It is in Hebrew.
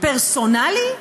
פרסונלי?